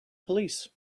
police